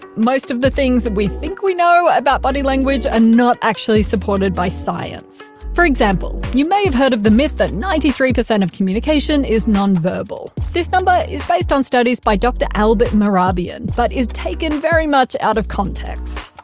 most of the things we think we know about body language are not actually supported by science for example, you may have heard the myth that ninety three percent of communication is nonverbal. this number is based on studies by dr. albert mehrabian, but it is taken very much out of context.